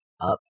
up